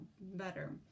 better